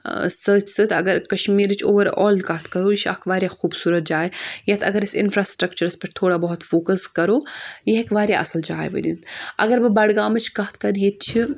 سۭتۍ سۭتۍ اگر کٔشمیٖرٕچ اوٚوَرآل کَتھ کَرو یہِ چھُ اکھ واریاہ خوٗبصوٗرت جاے یَتھ اَگر أسۍ اِنفراسٕٹرَکچَرَس پؠٹھ تھوڑا بہت فوکَس کَرو یہِ ہیٚکہِ واریاہ اَصٕل جاے بٔنِتھ اگر بہٕ بَڈگامٕچ کَتھ کَرٕ ییٚتہِ چھِ